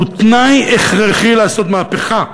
הוא תנאי הכרחי לעשות מהפכה,